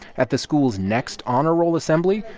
at the school's next honor roll assembly,